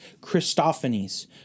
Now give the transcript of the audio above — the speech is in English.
Christophanies